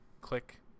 click